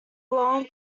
long